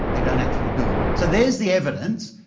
they don't actually do it. so there is the evidence.